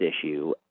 issue